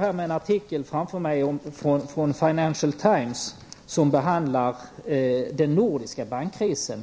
framför mig en artikel från Financial Times som behandlar den nordiska bankkrisen.